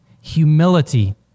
humility